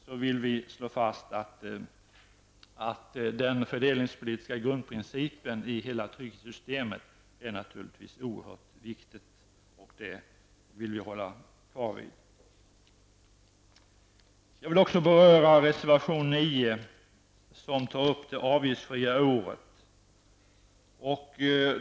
Vi vill slå vakt om den fördelningspolitiska grundprincipen i hela systemet. Den är oerhört viktig, och den vill vi ha kvar. Jag vill vidare beröra reservation 9, som handlar om det avgiftsfria året.